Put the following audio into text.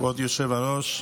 כבוד היושב-ראש,